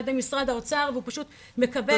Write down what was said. ידי משרד האוצר והוא פשוט מכבה את זה.